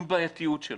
עם הבעייתיות שלו,